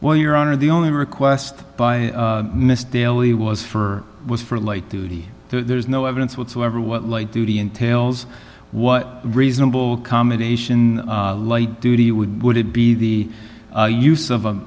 well your honor the only request by mr daly was for was for light duty there's no evidence whatsoever what light duty entails what reasonable combination in light duty would would it be the use of